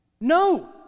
No